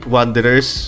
Wanderers